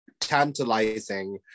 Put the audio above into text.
tantalizing